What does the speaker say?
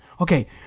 Okay